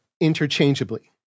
interchangeably